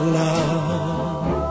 love